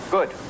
Good